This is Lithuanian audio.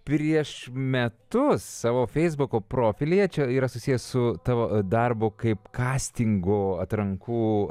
prieš metus savo feisbuko profilyje čia yra susijęs su tavo darbu kaip kastingo atrankų